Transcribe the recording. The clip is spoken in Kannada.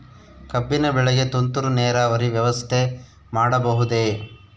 ಕಬ್ಬಿನ ಬೆಳೆಗೆ ತುಂತುರು ನೇರಾವರಿ ವ್ಯವಸ್ಥೆ ಮಾಡಬಹುದೇ?